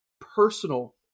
personal